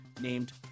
named